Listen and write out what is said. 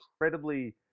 incredibly